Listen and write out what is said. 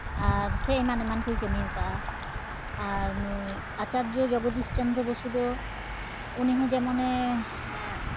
ᱟᱨ ᱥᱮ ᱮᱢᱟᱱ ᱮᱢᱟᱱ ᱠᱚᱭ ᱠᱟᱹᱢᱤᱣ ᱠᱟᱜᱼᱟ ᱟᱨ ᱱᱩᱭ ᱟᱪᱟᱨᱡᱚ ᱡᱚᱜᱚᱫᱤᱥ ᱪᱚᱱᱫᱨᱚ ᱵᱚᱥᱩ ᱫᱚ ᱩᱱᱤ ᱦᱚᱸ ᱡᱮᱢᱚᱱᱮ